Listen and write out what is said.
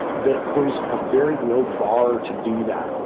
that there's a very low bar to do that.